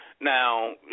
Now